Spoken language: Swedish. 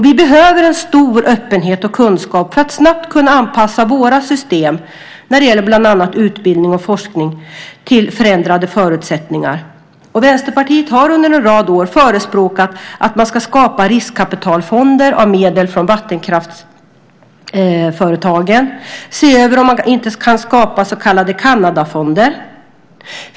Vi behöver en stor öppenhet och kunskap för att snabbt kunna anpassa våra system när det gäller bland annat utbildning och forskning till förändrade förutsättningar. Vänsterpartiet har under en rad år förespråkat att man ska skapa riskkapitalfonder av medel från vattenkraftsföretagen och se över om man inte kan skapa så kallade Kanadafonder.